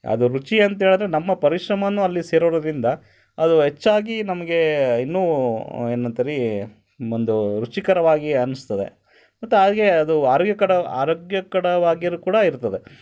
ಅದು ರುಚಿ ಅಂತ ಹೇಳಿದ್ರೆ ನಮ್ಮ ಪರಿಶ್ರಮವನ್ನು ಅಲ್ಲಿ ಸೇರಿರುದ್ರಿಂದ ಅದು ಹೆಚ್ಚಾಗಿ ನಮಗೆ ಇನ್ನೂ ಏನಂತೀರಿ ಒಂದು ರುಚಿಕರವಾಗಿ ಅನ್ನಿಸ್ತದೆ ಮತ್ತು ಹಾಗೇ ಅದು ಆರೋಗ್ಯಕರ ಆರೋಗ್ಯಕರವಾಗಿಯೂ ಕೂಡ ಇರುತ್ತದೆ